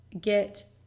get